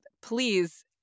please